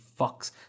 fucks